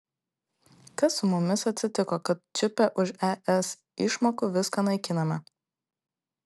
kas su mumis atsitiko kad čiupę už es išmokų viską naikiname